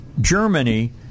Germany